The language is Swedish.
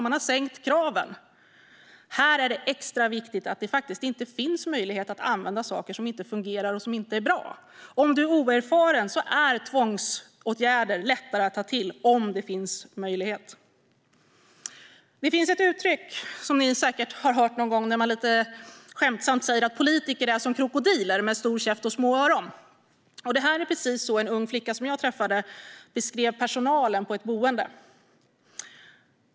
Man har sänkt kraven, och därför är det extra viktigt att det faktiskt inte finns möjlighet att använda saker som inte fungerar och som inte är bra. Om du är oerfaren och det finns möjlighet till tvångsåtgärder är det lättare att ta till sådana. Det finns ett lite skämtsamt uttryck som ni säkert har hört någon gång: Politiker är som krokodiler - de har stor käft och små öron. Precis så beskrev en ung flicka, som jag träffade, personalen på ett boende.